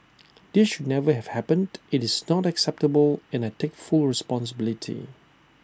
this should never have happened IT is not acceptable and I take full responsibility